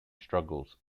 struggles